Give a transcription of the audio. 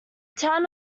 town